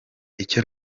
icyo